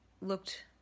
looked